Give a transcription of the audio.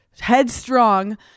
headstrong